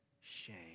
shame